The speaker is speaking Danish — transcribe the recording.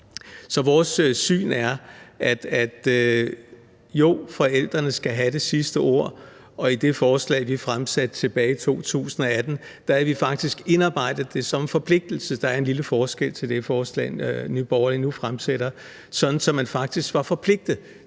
Så vores syn er, at jo, forældrene skal have det sidste ord, og i det forslag, som vi fremsatte tilbage i 2018, havde vi faktisk indarbejdet det som en forpligtelse – der er en lille forskel til det forslag, som Nye Borgerlige nu fremsætter – sådan at man var forpligtet